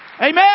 Amen